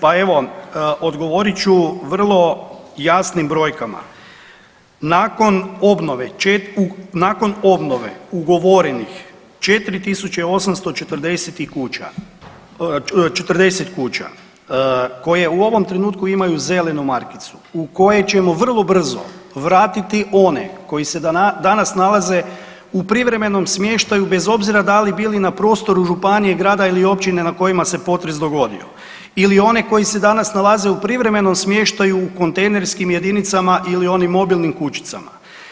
Pa evo, odgovorit ću vrlo jasnim brojkama, nakon obnove, nakon obnove ugovorenih 4840 i kuća, 40 kuća koje u ovom trenutku imaju zelenu markicu u koje ćemo vrlo brzo vratiti one koji se danas nalaze u privremenom smještaju bez obzira da li bili na prostoru županije, grada ili općine na kojima se potres dogodio ili one koji se danas nalaze u privremenom smještaju u kontejnerskim jedinicama ili onim mobilnim kućicama.